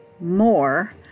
more